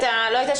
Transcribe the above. לא היית,